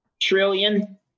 trillion